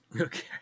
Okay